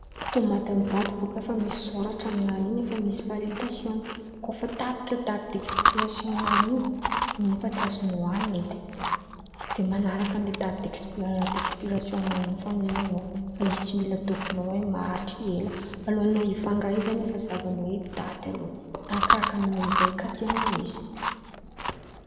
Tômaty amy boaty bôka efa misy sôratra amin̈any io efa misy validatisiòn kô fa tapitry daty dekspiratiò n̈any io amin̈'in̈y efa tsy azon̈ao hoanin̈a edy de man̈araka le daty deksp-dekspiratiòn n̈any in̈y fôna zen̈y an̈ao fa izy tsy mila adôkin̈ao oe maharitry ela alôhan̈y an̈ao hivanga izy zen̈y efa zahavan̈ao edy alôha daty alôha arakaraka in̈y amizay ikajian̈ao izy.